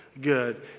good